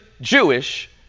Jewish